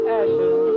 ashes